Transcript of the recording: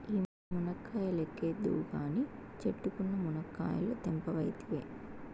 ఆ మునక్కాయ లెక్కేద్దువు కానీ, చెట్టుకున్న మునకాయలు తెంపవైతివే